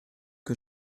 que